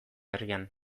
herrian